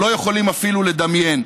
לא יכולים אפילו לדמיין.